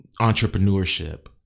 entrepreneurship